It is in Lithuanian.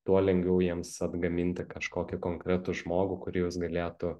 tuo lengviau jiems atgaminti kažkokį konkretų žmogų kurį jis galėtų